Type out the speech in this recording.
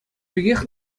пекех